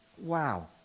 Wow